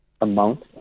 amount